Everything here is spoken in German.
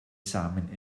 samen